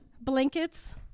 Blankets